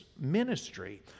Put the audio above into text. ministry